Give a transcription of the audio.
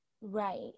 Right